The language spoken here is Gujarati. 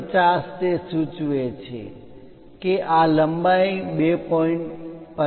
50 તે સૂચવે છે કે આ લંબાઈ 2